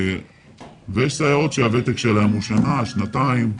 ויש סייעות שהוותק שלהן שנה, שנתיים.